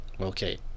Okay